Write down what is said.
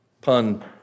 pun